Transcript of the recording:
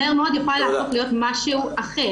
מהר מאוד יכולה להפוך להיות משהו אחר.